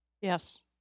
Yes